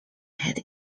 had